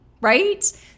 right